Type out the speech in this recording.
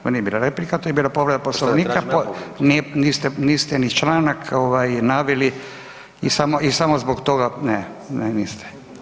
To nije bila replika, to je bila povreda Poslovnika, niste ni članak naveli i samo zbog toga, ne, niste.